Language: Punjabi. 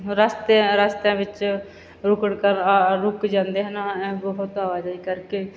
ਰਸਤਿਆ ਰਸਤਿਆਂ ਵਿੱਚ ਰੁਕਣ ਕਾ ਰੁਕ ਜਾਂਦੇ ਹਨ ਬਹੁਤ ਆਵਾਜਾਈ ਕਰਕੇ